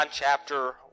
chapter